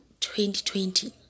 2020